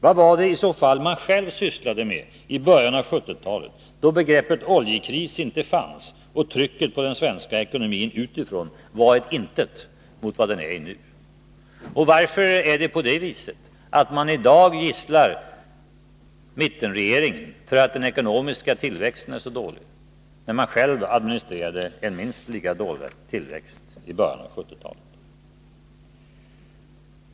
Vad var det i så fall man själv sysslade med i början av 1970-talet, då begreppet oljekris inte fanns och trycket på den svenska ekonomin utifrån var ett intet mot vad det är i dag? Och varför gisslar man i dag mittenregeringen för att den ekonomiska tillväxten är så dålig, när man själv administrerade en minst lika dålig tillväxt i början av 1970-talet?